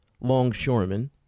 longshoreman